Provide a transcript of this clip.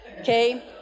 okay